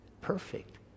perfect